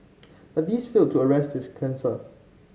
but these failed to arrest his cancer